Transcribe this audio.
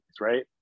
right